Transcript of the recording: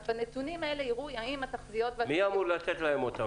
בנתונים האלה יראו האם התחזיות --- מי אמור לתת אותם?